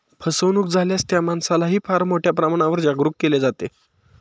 फसवणूक झाल्यास त्या माणसालाही फार मोठ्या प्रमाणावर जागरूक केले जाते